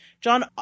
John